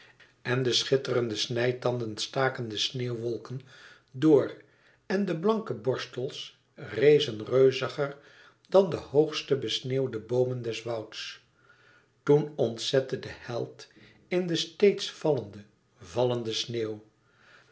en de schitterende snijtanden staken de sneeuwwolken door en de blanke borstels rezen reuziger dan de hoogste besneeuwde boomen des wouds toen ontzette de held in de steeds vallende vallende sneeuw